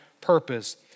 purpose